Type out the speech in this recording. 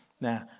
Now